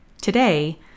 Today